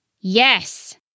Yes